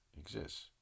exists